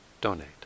donate